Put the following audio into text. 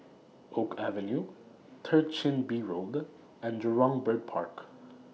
Oak Avenue Third Chin Bee Road and Jurong Bird Park